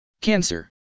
cancer